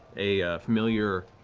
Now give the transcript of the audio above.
a familiar,